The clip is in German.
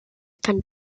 kann